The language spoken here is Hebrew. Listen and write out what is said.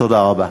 תודה רבה.